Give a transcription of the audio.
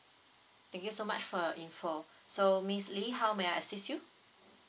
thank you so much for your info so miss lee how may I assist you